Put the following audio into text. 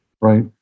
right